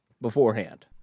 beforehand